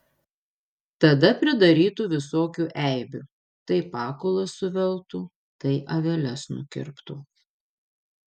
tada pridarytų visokių eibių tai pakulas suveltų tai aveles nukirptų